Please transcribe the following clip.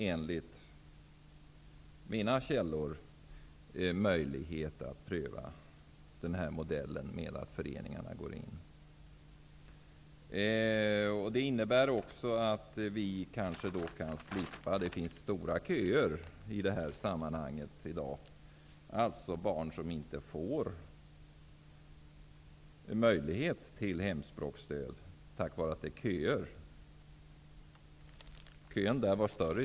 Enligt mina källor finns det möjlighet att pröva modellen med föreningar som går in med sin verksamhet. Det finns barn som inte får möjlighet till hemspråksstöd på grund av långa köer. Vi skulle då kanske slippa köerna.